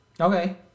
Okay